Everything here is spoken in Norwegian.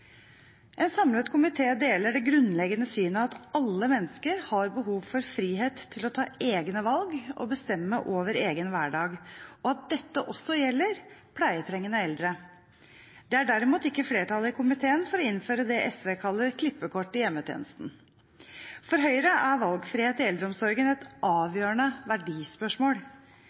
En samlet komité deler det grunnleggende synet at alle mennesker har behov for frihet til å ta egne valg og bestemme over egen hverdag, og at dette også gjelder pleietrengende eldre. Det er derimot ikke flertall i komiteen for å innføre det SV kaller «klippekort» i hjemmetjenesten. For Høyre er valgfrihet i eldreomsorgen et avgjørende verdispørsmål.